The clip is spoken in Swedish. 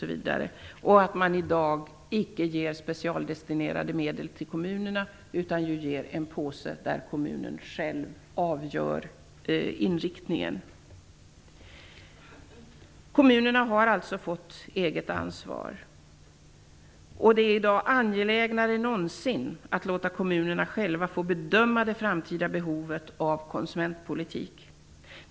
I dag ges dessutom inga specialdestinerade medel till kommunerna, utan de får medel i en påse och avgör själva inriktningen för användningen. Kommunerna har alltså fått eget ansvar. Det är i dag angelägnare än någonsin att låta kommunerna själva få bedöma det framtida behovet av konsumentpolitik.